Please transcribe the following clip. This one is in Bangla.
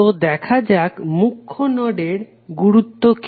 তো দেখা যাক মুখ্য নোডের গুরুত্ব কি